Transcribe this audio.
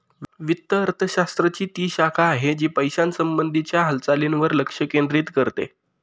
वित्त अर्थशास्त्र ची ती शाखा आहे, जी पैशासंबंधी च्या हालचालींवर लक्ष केंद्रित करते